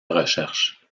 recherches